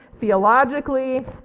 theologically